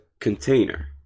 container